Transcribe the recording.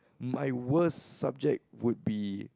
my worst subject would be